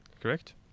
correct